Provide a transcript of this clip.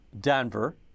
Denver